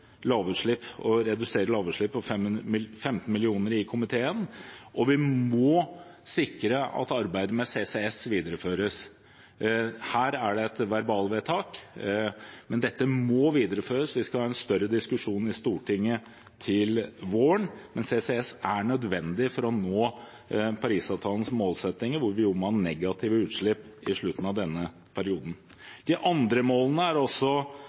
på 15 mill. kr til en slik utslippsreduksjon. Og vi må sikre at arbeidet med CCS, Carbon Capture and Storage, videreføres. Her er det et verbalvedtak. Dette må videreføres. Vi skal ha en større diskusjon i Stortinget til våren, men CCS er nødvendig for å nå Parisavtalens målsettinger om negative utslipp i slutten av denne perioden. De andre målene er også